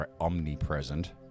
omnipresent